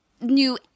new